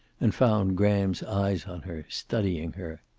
and found graham's eyes on her, studying her.